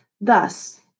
Thus